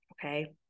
Okay